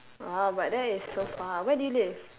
!wah! but that is so far where do you live